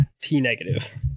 T-negative